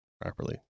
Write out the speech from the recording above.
properly